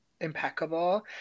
impeccable